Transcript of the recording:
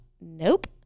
nope